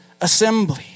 assembly